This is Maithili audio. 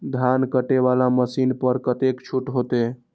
धान कटे वाला मशीन पर कतेक छूट होते?